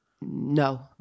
No